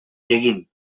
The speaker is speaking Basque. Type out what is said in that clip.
egin